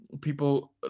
people